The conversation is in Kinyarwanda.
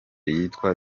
yitwa